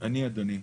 אני, אדוני.